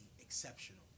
exceptional